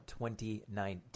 2019